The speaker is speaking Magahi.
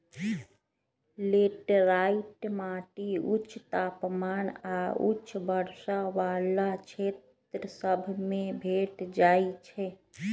लेटराइट माटि उच्च तापमान आऽ उच्च वर्षा वला क्षेत्र सभ में भेंट जाइ छै